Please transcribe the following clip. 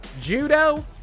Judo